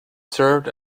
served